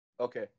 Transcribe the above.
Okay